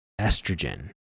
estrogen